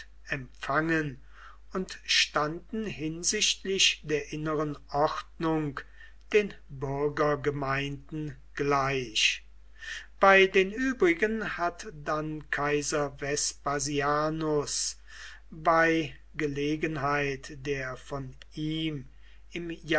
empfangen und standen hinsichtlich der inneren ordnung den bürgergemeinden gleich bei den übrigen hat dann kaiser vespasianus bei gelegenheit der von ihm im